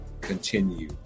continue